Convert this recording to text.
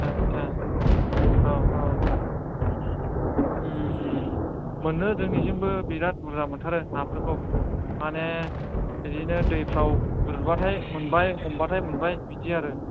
आस्सा औ औ मोनो जोनिथिंबो बिराथ बुरजा मोनथारो नाफोरखौ माने बिदिनो दैफोराव गुरबाथाय मोनबाय हमबाथाय मोनबाय बिदि आरो